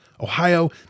Ohio